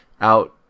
out